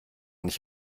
nicht